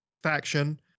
faction